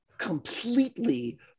Completely